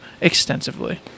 extensively